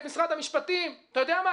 את משרד המשפטים אתה יודע מה,